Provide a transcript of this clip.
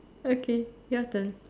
okay your turn